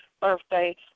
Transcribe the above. birthday